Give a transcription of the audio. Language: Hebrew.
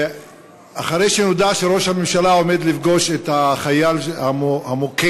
אחרי שנודע שראש הממשלה עומד לפגוש את החייל המוכה,